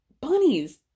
bunnies